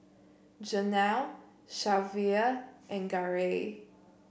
Janel Shelvia and Garey